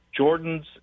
Jordans